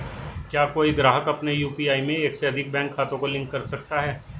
क्या कोई ग्राहक अपने यू.पी.आई में एक से अधिक बैंक खातों को लिंक कर सकता है?